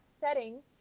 setting